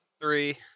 Three